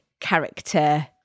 character